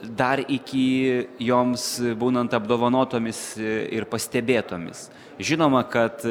dar iki joms būnant apdovanotomis ir pastebėtomis žinoma kad